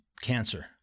cancer